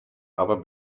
aber